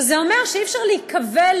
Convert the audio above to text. זה אומר שאי-אפשר להיכבל,